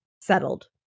settled